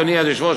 אדוני היושב-ראש,